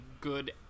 good